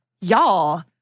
y'all